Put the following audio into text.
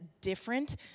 different